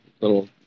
little